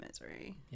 misery